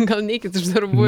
gal neikit iš darbų